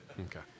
Okay